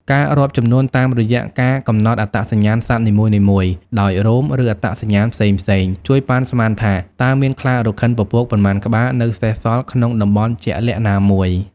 ការរាប់ចំនួនតាមរយៈការកំណត់អត្តសញ្ញាណសត្វនីមួយៗ ដោយរោម ឬអត្តសញ្ញាណផ្សេងៗ ជួយប៉ាន់ស្មានថា តើមានខ្លារខិនពពកប៉ុន្មានក្បាលនៅសេសសល់ក្នុងតំបន់ជាក់លាក់ណាមួយ។